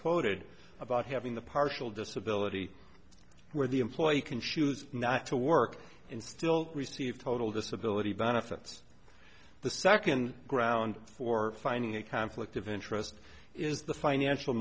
quoted about having the partial disability where the employee can choose not to work in still receive total disability benefits the second ground for finding a conflict of interest is the financial